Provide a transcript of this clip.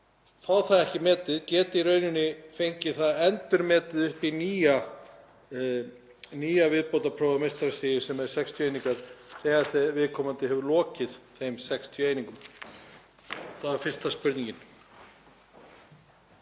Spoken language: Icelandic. fá það ekki metið, geti í rauninni fengið það endurmetið upp í nýja viðbótarprófið á meistarastigi sem er 60 einingar, þegar viðkomandi hefur lokið þeim 60 einingum? Þetta var fyrsta spurningin.